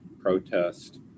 protest